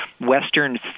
western